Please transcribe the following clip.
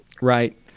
Right